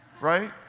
right